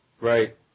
right